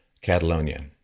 Catalonia